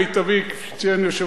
כפי שציין יושב-ראש הוועדה,